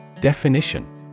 Definition